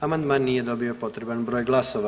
Amandman nije dobio potreban broj glasova.